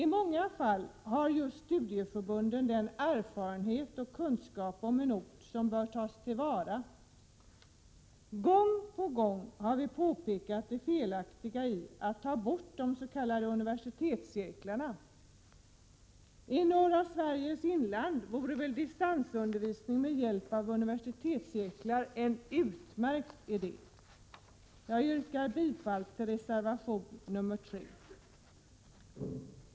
I många fall har just studieförbunden erfarenhet och kunskap om en ort som bör tas till vara. Gång på gång har vi påpekat det felaktiga i att ta bort de s.k. universitetscirklarna. I norra Sveriges inland vore väl distansundervisning med hjälp av universitetscirklar en utmärkt idé! Jag yrkar bifall till reservation nr 3.